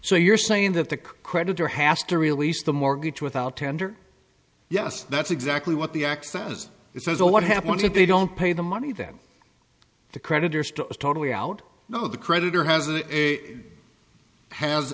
so you're saying that the creditor hasta released the mortgage without tender yes that's exactly what the access it says a what happens if they don't pay the money then the creditors to totally out no the creditor has a has